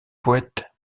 poëte